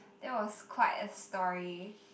that was quite a story